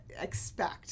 expect